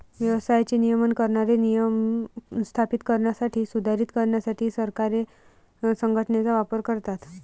व्यवसायाचे नियमन करणारे नियम स्थापित करण्यासाठी, सुधारित करण्यासाठी सरकारे संघटनेचा वापर करतात